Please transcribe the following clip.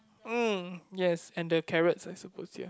mm yes and the carrots I suppose ya